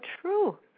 true